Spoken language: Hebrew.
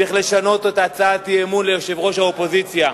צריך לשנות להצעת אי-אמון ביושב-ראש האופוזיציה.